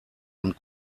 und